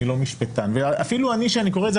אני לא משפטן ואפילו אני כשאני קורא את זה,